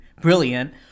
brilliant